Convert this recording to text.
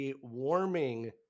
warming